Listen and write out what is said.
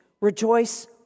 Rejoice